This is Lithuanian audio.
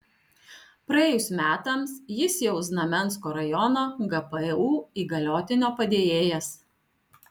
praėjus metams jis jau znamensko rajono gpu įgaliotinio padėjėjas